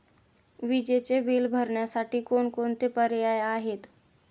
विजेचे बिल भरण्यासाठी कोणकोणते पर्याय आहेत?